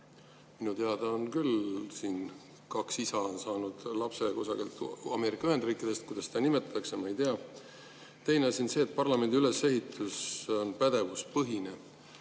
Minu teada küll siin kaks isa on saanud lapse kusagilt Ameerika Ühendriikidest. Kuidas seda nimetatakse, ma ei tea. Teine asi on see, et parlamendi ülesehitus on pädevuspõhine.